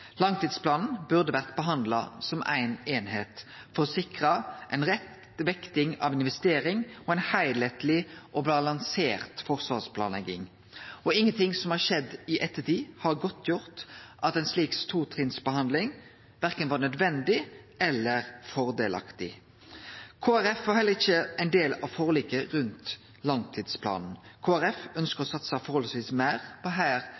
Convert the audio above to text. Langtidsplanen burde ha vore behandla som ein heilskap for å sikre rett vekting av investeringar og ei heilskapleg og balansert forsvarsplanlegging. Ingenting som har skjedd i ettertid, har godtgjort at ei slik totrinnsbehandling var nødvendig eller fordelaktig. Kristeleg Folkeparti var heller ikkje ein del av forliket rundt langtidsplanen. Kristeleg Folkeparti ønskjer å satse forholdsvis meir på